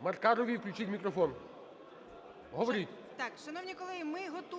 Маркаровій включіть мікрофон. Говоріть.